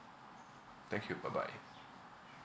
thank you bye bye